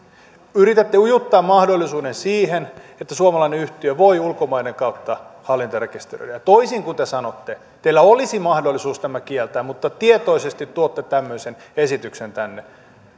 yritätte ujuttaa mahdollisuuden siihen että suomalainen yhtiö voi ulkomaiden kautta hallintarekisteröidä ja toisin kuin te sanotte teillä olisi mahdollisuus tämä kieltää mutta tietoisesti tuotte tämmöisen esityksen tänne